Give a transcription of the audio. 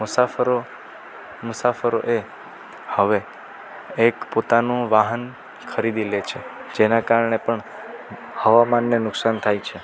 મુસાફરો મુસાફરો એ હવે એક પોતાનું વાહન ખરીદી લે છે જેના કારણે પણ હવામાનને નુકસાન થાય છે